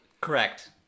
Correct